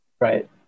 Right